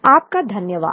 आपका धन्यवाद